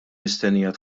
mistennija